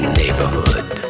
neighborhood